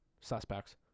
suspects